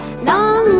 know